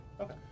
Okay